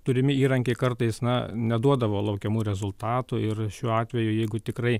turimi įrankiai kartais na neduodavo laukiamų rezultatų ir šiuo atveju jeigu tikrai